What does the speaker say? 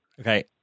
Okay